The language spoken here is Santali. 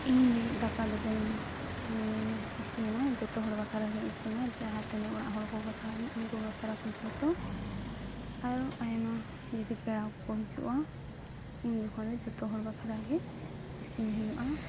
ᱤᱧ ᱞᱟᱹᱜᱤᱫ ᱫᱟᱠᱟᱫᱚ ᱵᱟᱹᱧ ᱪᱮ ᱤᱥᱤᱱᱟ ᱡᱚᱛᱚ ᱦᱚᱲ ᱵᱟᱠᱷᱨᱟᱜᱮᱧ ᱤᱥᱤᱱᱟ ᱡᱟᱦᱟᱸ ᱛᱤᱱᱟᱹᱜ ᱚᱲᱟᱜ ᱦᱚᱲ ᱠᱚᱠᱚ ᱛᱟᱦᱮᱱᱟ ᱩᱱᱠᱩ ᱵᱟᱠᱷᱨᱟ ᱠᱚ ᱡᱚᱛᱚ ᱟᱨᱚ ᱟᱭᱢᱟ ᱡᱩᱫᱤ ᱯᱮᱲᱟ ᱠᱚᱠᱚ ᱦᱤᱡᱩᱜᱼᱟ ᱩᱱ ᱡᱚᱠᱷᱚᱱ ᱫᱚ ᱡᱚᱛᱚ ᱦᱚᱲ ᱵᱟᱠᱷᱨᱟᱜᱮ ᱤᱥᱤᱱ ᱦᱩᱭᱩᱜᱼᱟ